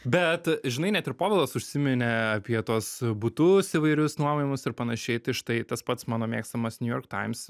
bet žinai net ir povilas užsiminė apie tuos butus įvairius nuomojamus ir panašiai tai štai tas pats mano mėgstamas new york times